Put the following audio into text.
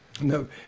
No